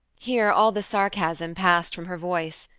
here all the sarcasm passed from her voice,